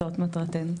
זו מטרתנו.